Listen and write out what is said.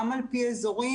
גם על פי אזורים,